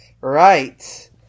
Right